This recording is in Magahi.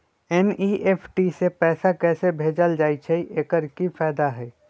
एन.ई.एफ.टी से पैसा कैसे भेजल जाइछइ? एकर की फायदा हई?